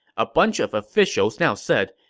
a bunch of officials now said,